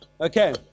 Okay